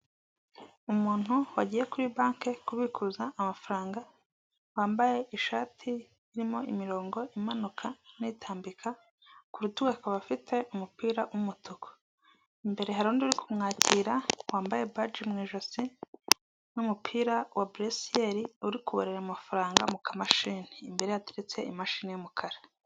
Umuntu wagiye kuri banki kubikuza amafaranga wambaye ishati irimo imirongo imanuka n'tambika ku rutugu akaba afite umupira w'umutuku, imbere hari undi uri kumwakira wambaye baji mu ijosi n'umupira wa buresiyeri, uri kubara amafaranga mu kamashini imbere ye hatetse imashini y'umukara.